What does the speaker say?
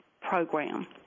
program